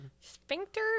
sphincter